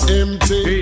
empty